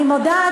אני מודה,